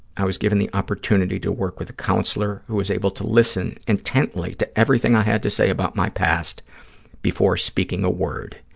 i was given the opportunity to work with a counselor who was able to listen intently to everything i had to say about my past before speaking a word.